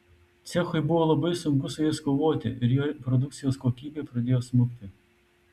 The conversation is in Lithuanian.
cechui buvo labai sunku su jais kovoti ir jo produkcijos kokybė pradėjo smukti